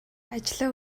ажлаа